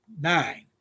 nine